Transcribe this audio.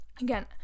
again